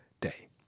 day